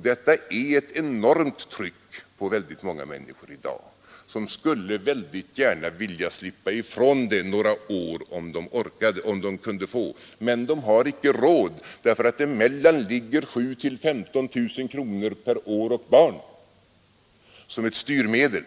Detta innebär i dag ett enormt tryck på många människor, som gärna skulle vilja slippa ifrån det några år om de kunde få. Men de har icke råd, därför att emellan ligger 7 000—15 000 kronor per år och barn som ett styrmedel.